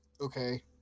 Okay